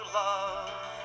love